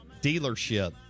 dealership